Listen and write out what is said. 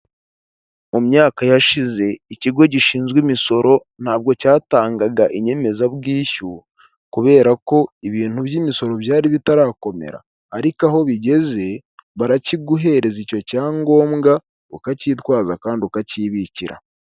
Mu myaka yashize ikigo gishinzwe imisoro ntabwo cyatangaga inyemezabwishyu, kubera ko ibintu by'imisoro byari bitarakomera, ariko aho bigeze barakiguhereza icyo cyangombwa ukacyitwaza kandi ukakibikira.